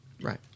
Right